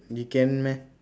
can meh